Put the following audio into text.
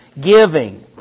Giving